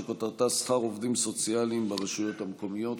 שכותרתה: שכר עובדים סוציאליים ברשויות המקומיות.